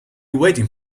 waiting